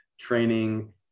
training